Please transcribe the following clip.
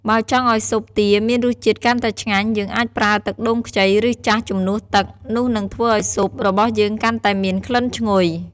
បើចង់ឱ្យស៊ុបទាមានរសជាតិកាន់តែឆ្ងាញ់ យើងអាចប្រើ ទឹកដូងខ្ចី ឬ ចាស់ ជំនួសទឹក នោះនឹងធ្វើឱ្យស៊ុបរបស់យើងកាន់តែមានក្លិនឈ្ងុយ។